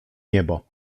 niebo